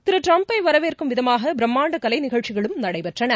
திருட்டிரம்பைவரவேற்கும் விதமாகபிரமாண்டகலைநிகழ்ச்சிகளுக்கும் நடைபெற்றன